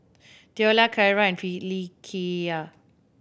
Theola Carra and Phylicia